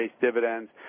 dividends